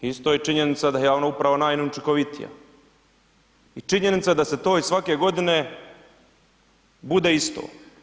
Isto je činjenica da je javna uprava najneučinkovitija i činjenica je da to svake godine bude isto.